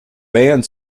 band